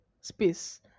space